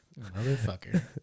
Motherfucker